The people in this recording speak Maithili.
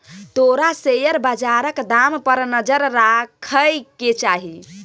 तोरा शेयर बजारक दाम पर नजर राखय केँ चाही